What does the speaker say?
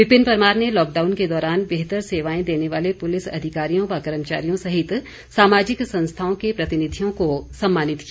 विपिन परमार ने लॉकडाउन के दौरान बेहतर सेवाएं देने वाले पुलिस अधिकारियों व कर्मचारियों सहित सामाजिक संस्थाओं के प्रतिनिधियों को सम्मानित किया